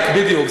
Mosaic, בדיוק.